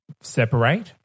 separate